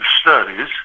studies